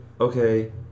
okay